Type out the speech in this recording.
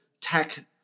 tech